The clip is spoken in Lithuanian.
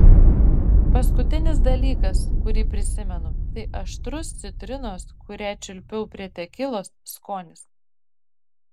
paskutinis dalykas kurį prisimenu tai aštrus citrinos kurią čiulpiau prie tekilos skonis